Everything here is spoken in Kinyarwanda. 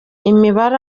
imibare